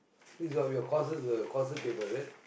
this are your courses the courses paper is it